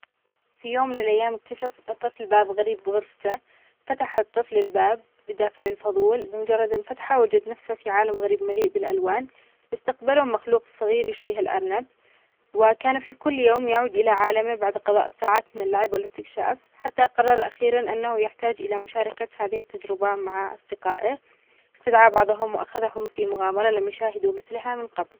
في يوم من الأيام اكتشف الطفل باب غريب بغرفته، فتح الطفل الباب بدافع الفضول، بمجرد الفتح وجد نفسه في عالم غريب ملئ بالألوان، استقبله مخلوق صغير يشبه الأرنب، وكان في كل يوم يعد إلى عالمه بعد قضاء ساعات من اللعب و الاستكشاف، حتى قرر أخيرًا أنه يحتاج إلى مشاركة هذه التجربة مع أصدقائه، استدعى بعضهم وأخذهم في مغامرة لم يشاهدوا مثلها من قبل.